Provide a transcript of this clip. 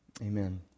Amen